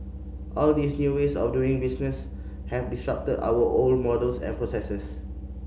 all these new ways of doing business have disrupted our old models and processes